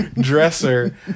dresser